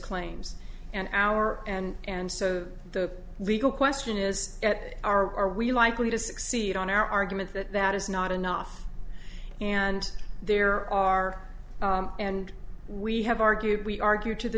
claims and our and so the legal question is at are we likely to succeed on our argument that that is not enough and there are and we have argued we argued to the